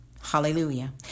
Hallelujah